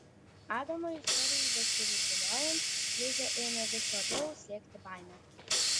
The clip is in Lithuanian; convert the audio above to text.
adamo istorijai besirutuliojant lizę ėmė vis labiau slėgti baimė